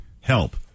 help